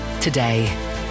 Today